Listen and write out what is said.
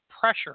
pressure